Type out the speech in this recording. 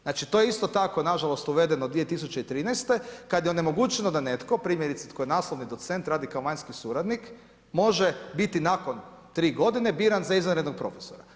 Znači to je isto tako nažalost uvedeno 2013. kad je onemogućeno da netko primjerice tko je naslovni docent, radi kao vanjski suradnik, može biti nakon 3 g. biran za izvanrednog profesora.